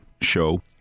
show